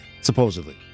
supposedly